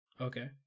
Okay